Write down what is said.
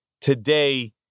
today